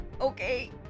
Okay